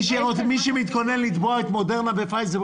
מי שמתכונן לתבוע את פייזר ומודרנה לא